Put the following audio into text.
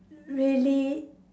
really